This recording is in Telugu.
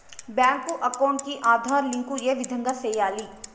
బ్యాంకు అకౌంట్ కి ఆధార్ లింకు ఏ విధంగా సెయ్యాలి?